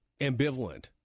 ambivalent